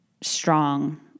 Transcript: strong